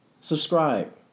Subscribe